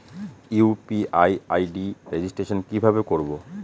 UPI ID registration কিভাবে করব?